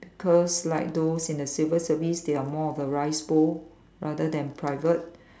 cause like those in the civil service they are more of a rice bowl rather than private